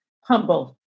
humble